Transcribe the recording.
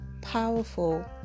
powerful